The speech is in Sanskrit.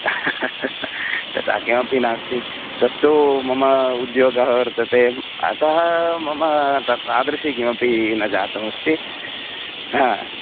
तथा किमपि नास्ति तत्तु ममा उद्योगः वर्तते अतः मम तत् तादृशी किमपि न जातमस्ति हा